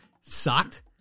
Sucked